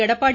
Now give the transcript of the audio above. Edappadi